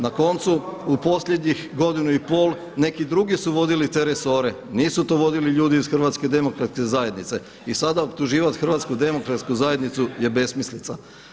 Na koncu, u posljednjih godinu i pol neki drugi su vodili te resore, nisu to vodili ljudi iz HDZ-a i sada optuživati HDZ je besmislica.